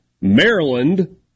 Maryland